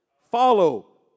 follow